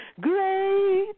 Great